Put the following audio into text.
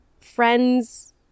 friends